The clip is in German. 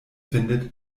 findet